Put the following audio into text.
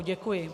Děkuji.